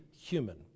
human